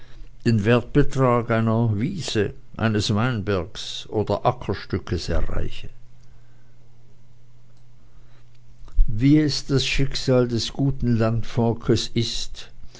den wertbetrag einer wiese eines weinberges oder ackerstückes erreiche wie es das schicksal des guten landvolkes ist